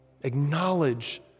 Acknowledge